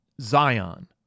Zion